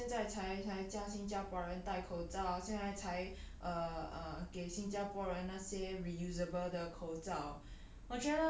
ya 为什么现在才才叫新加坡人戴口罩现在才 err 给新加坡人那些 reusable 的口罩